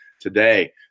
today